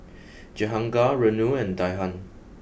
Jehangirr Renu and Dhyan